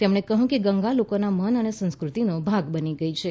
તેમણે કહ્યું કે ગંગા લોકોના મન અને સંસ્કૃતિનો ભાગ બની ગઈ છે